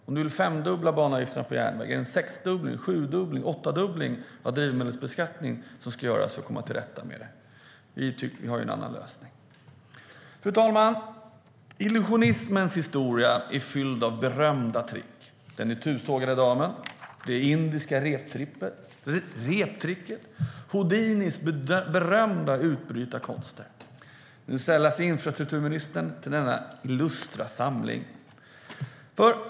Om du vill femdubbla banavgifterna på järnvägen, behövs det då en sexdubbling, sjudubbling eller åttadubbling av drivmedelsbeskattningen? Vi har en annan lösning. Fru talman! Illusionismens historia är fylld av berömda trick; den itusågade damen, det indiska reptricket och Houdinis berömda utbrytarkonster. Nu sällar sig infrastrukturministern till denna illustra samling.